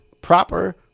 Proper